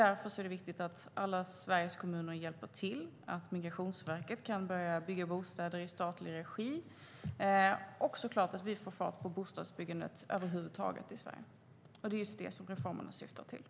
Därför är det viktigt att alla Sveriges kommuner hjälper till, att Migrationsverket kan börja bygga bostäder i statlig regi och - såklart - att vi får fart på bostadsbyggandet över huvud taget i Sverige. Det är just det reformerna syftar till.